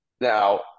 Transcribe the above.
Now